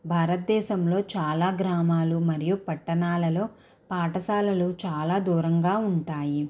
భారతదేశంలో చాలా గ్రామాలు మరియు పట్టణాలలో పాఠశాలలు చాలా దూరంగా ఉంటాయి